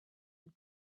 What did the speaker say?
had